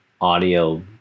audio